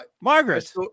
margaret